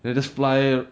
then just fly